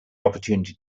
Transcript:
opportunity